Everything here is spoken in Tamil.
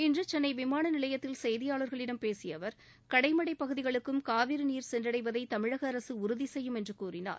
இன்று சென்னை விமான நிலையத்தில் செய்தியாளர்களிடம் பேசிய அவர் கடைமடை பகுதிகளுக்கும் காவிரி நீர் சென்றடவதை தமிழக அரசு உறுதி செய்யும் என்று கூழினார்